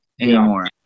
anymore